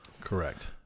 Correct